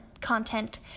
content